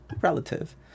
relative